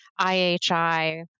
IHI